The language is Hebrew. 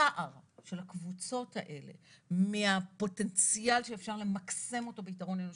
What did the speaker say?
הפער של הקבוצות האלה מהפוטנציאל שאפשר למקסם אותו ביתרון אנושי.